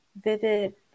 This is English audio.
vivid